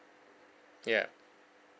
ya